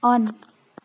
on